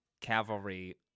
cavalry